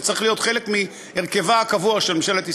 זה צריך להיות חלק מהרכבה הקבוע של ממשלת ישראל,